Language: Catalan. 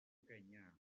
organyà